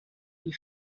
die